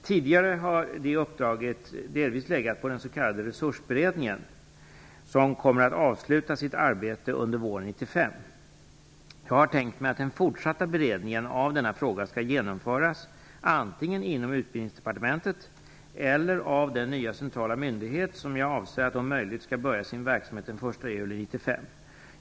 Tidigare har detta uppdrag delvis legat på den s.k. Resursberedningen, som kommer att avsluta sitt arbete under våren 1995. Jag har tänkt mig att den fortsatta beredningen av denna fråga skall genomföras antingen inom Utbildningsdepartementet eller inom den nya centrala myndighet som jag avser om möjligt skall börja sin verksamhet den 1 juli 1995.